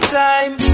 time